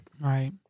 right